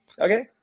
okay